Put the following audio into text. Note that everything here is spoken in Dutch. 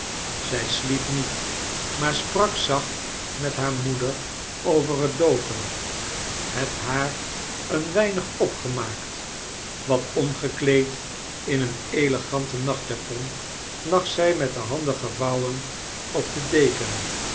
zij sliep niet maar sprak zacht met haar moeder over het doopen het haar een weinig opgemaakt wat omgekleed in een elegante nachtjapon lag zij met de handen gevouwen op de deken